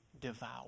devour